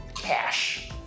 cash